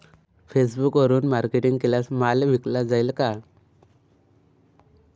फेसबुकवरुन मार्केटिंग केल्यास माल विकला जाईल का?